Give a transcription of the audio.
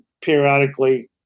periodically